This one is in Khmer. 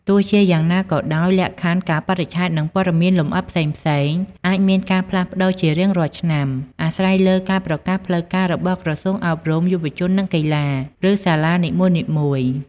ទោះជាយ៉ាងណាក៏ដោយ លក្ខខណ្ឌ កាលបរិច្ឆេទ និងព័ត៌មានលម្អិតផ្សេងៗអាចមានការផ្លាស់ប្ដូរជារៀងរាល់ឆ្នាំ អាស្រ័យលើការប្រកាសផ្លូវការរបស់ក្រសួងអប់រំ យុវជន និងកីឡា ឬសាលានីមួយៗ។